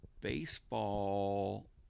baseball